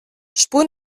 spul